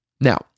Now